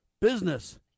business